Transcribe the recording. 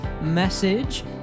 message